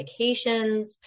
medications